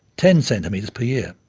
ten centimetres per year.